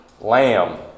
lamb